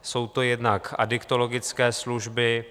Jsou to jednak adiktologické služby.